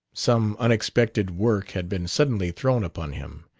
some unexpected work had been suddenly thrown upon him.